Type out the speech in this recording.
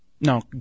No